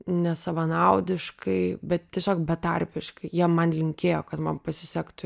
nesavanaudiškai bet tiesiog betarpiškai jie man linkėjo kad man pasisektų